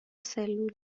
سلول